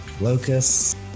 Locust